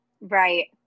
Right